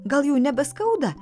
gal jau nebeskauda